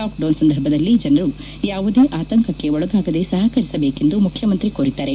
lockdown ಸಂದರ್ಭದಲ್ಲಿ ಜನರು ಯಾವುದೇ ಆತಂಕಕ್ಕೆ ಒಳಗಾಗದೇ ಸಹಕರಿಸಬೇಕೆಂದು ಮುಖ್ಣಮಂತ್ರಿ ಕೋರಿದ್ದಾರೆ